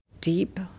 Deep